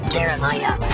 Jeremiah